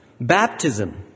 Baptism